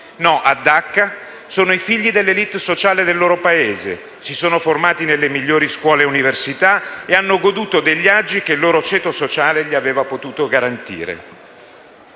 di Dacca sono i figli delle *élite* sociali del loro Paese, si sono formati nelle migliori scuole e università e hanno goduto degli agi che il loro ceto sociale aveva potuto loro garantire.